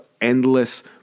endless